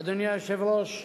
אדוני היושב-ראש,